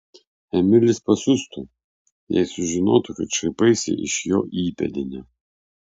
emilis pasiustų jei sužinotų kad šaipaisi iš jo įpėdinio